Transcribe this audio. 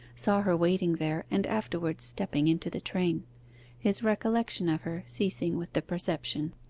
saw her waiting there and afterwards stepping into the train his recollection of her ceasing with the perception.